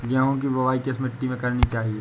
गेहूँ की बुवाई किस मिट्टी में करनी चाहिए?